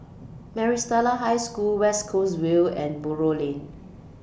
Maris Stella High School West Coast Vale and Buroh Lane